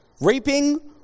reaping